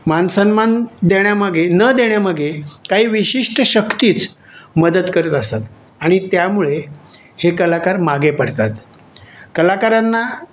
मानसन्मान देण्यामागे न देण्यामागे काही विशिष्ट शक्तीच मदत करत असतात आणि त्यामुळे हे कलाकार मागे पडतात कलाकारांना